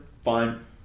fine